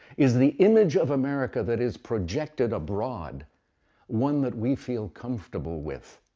is the image of america that is projected abroad one that we feel comfortable with?